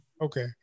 Okay